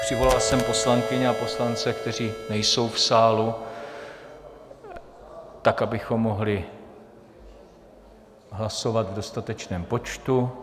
Přivolal jsem poslankyně a poslance, kteří nejsou v sálu tak, abychom mohli hlasovat v dostatečném počtu.